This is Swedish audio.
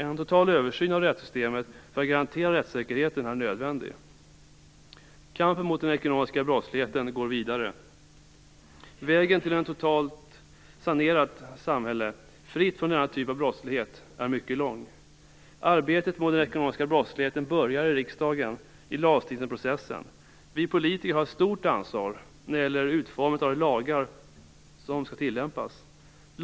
En total översyn av rättssystemet för att garantera rättssäkerheten är nödvändig. Kampen mot den ekonomiska brottsligheten går vidare. Vägen till ett totalt sanerat samhälle, fritt från denna typ av brottslighet, är mycket lång. Arbetet mot den ekonomiska brottsligheten börjar i riksdagen, i lagstiftningsprocessen. Vi politiker har ett stort ansvar när det gäller utformandet av de lagar som skall tilllämpas.